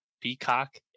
peacock